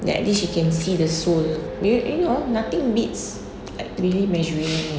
ya at least you can see the sole you you know nothing beats like really measuring